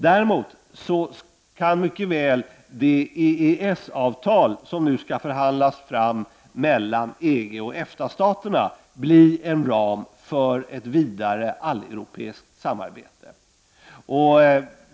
Däremot kan mycket väl de EES-avtal som nu skall förhandlas fram mellan EG och EFTA-staterna bli en ram för ett vidare alleuropeiskt samarbete.